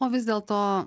o vis dėlto